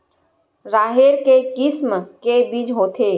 राहेर के किसम के बीज होथे?